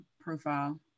profile